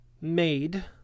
made